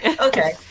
Okay